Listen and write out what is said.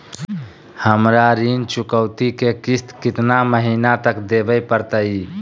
हमरा ऋण चुकौती के किस्त कितना महीना तक देवे पड़तई?